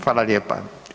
Hvala lijepa.